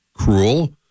cruel